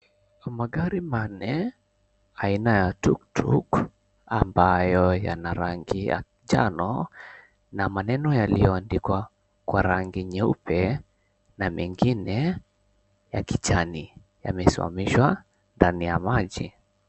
Magari manne, aina ya tuktuk , ambayo yana rangi ya njano na maneno yaliyoandikwa kwa rangi nyeupe na mengine ya kijani, yamesimamishwa ndani ya maji.